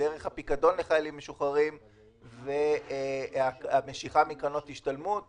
דרך הפיקדון לחיילים משוחררים ומשיכה מקרנות השתלמות וכו'